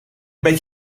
bent